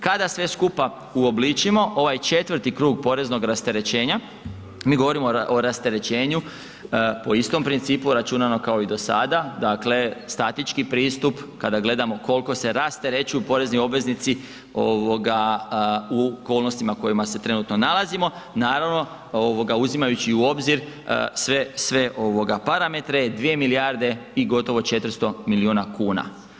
Kada sve skupa uobličimo ovaj 4 krug poreznog rasterećenja, mi govorimo o rasterećenju po istom principu računano kao i do sada, dakle statički pristup kada gledamo koliko se rasterećuju porezni obveznici ovoga u okolnostima u kojima se trenutno nalazimo, naravno uzimajući u obzir sve, sve ovoga parametre, 2 milijarde i gotovo 400 milijuna kuna.